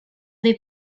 dei